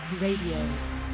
Radio